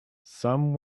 some